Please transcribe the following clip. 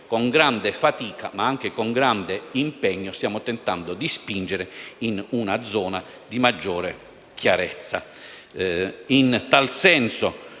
con grande fatica, ma anche con grande impegno, stiamo tentando di spingere in una zona di maggiore chiarezza.